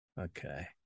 Okay